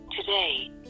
today